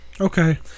Okay